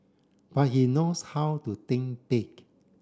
but he knows how to think big